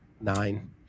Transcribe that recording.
nine